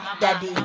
daddy